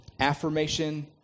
Affirmation